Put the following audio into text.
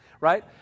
right